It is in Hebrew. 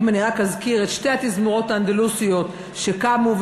רק אזכיר את שתי התזמורות האנדלוסיות שקמו,